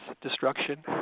destruction